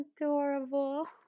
adorable